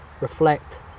reflect